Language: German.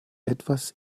etwas